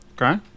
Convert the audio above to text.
okay